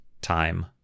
time